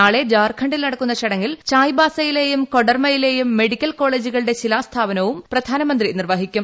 നാളെ ജാർഖണ്ഡിൽ നടക്കുന്ന ചടങ്ങിൽ പ് ചായ്ബാസയിലേയും കൊഡർമയിലെയും മെഡിക്കൽ കോളേജുകളുടെ ശിലാസ്ഥാപനവും പ്രധാനമന്ത്രി നിർവഹിക്കും